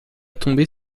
tomber